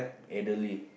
elderly